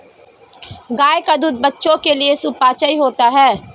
गाय का दूध बच्चों के लिए सुपाच्य होता है